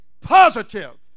positive